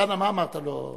מה אמרת לו?